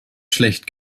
schlecht